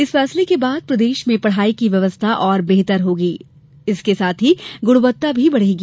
इस फैसले के बाद प्रदेश में पढ़ाई की व्यवस्था और बेहतर होगी तथा गुणवत्ता बढ़ेगी